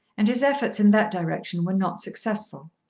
and his efforts in that direction were not successful.